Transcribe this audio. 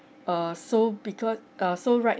uh so because uh so right